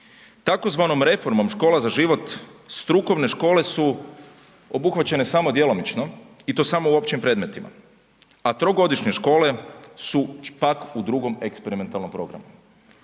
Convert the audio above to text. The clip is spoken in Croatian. Tzv. reformom Škola za život strukovne škole su obuhvaćene samo djelomično, i to samo u općim predmetima, a trogodišnje škole su pak u drugom eksperimentalnom programu.